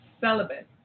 celibate